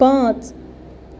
پانٛژ